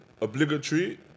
obligatory